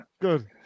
good